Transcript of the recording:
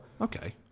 Okay